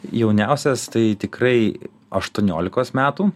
jauniausias tai tikrai aštuoniolikos metų